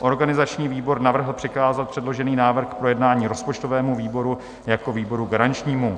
Organizační výbor navrhl přikázat předložený návrh k projednání rozpočtovému výboru jako výboru garančnímu.